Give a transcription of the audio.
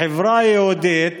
בחברה היהודית